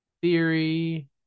Theory